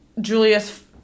Julius